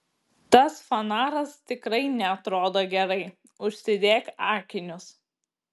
tas fanaras tikrai neatrodo gerai užsidėk akinius